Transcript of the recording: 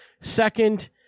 second